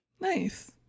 Nice